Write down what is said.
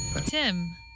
Tim